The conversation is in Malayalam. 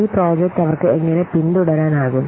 ഈ പ്രോജക്റ്റ് അവർക്ക് എങ്ങനെ പിന്തുടരാനാകും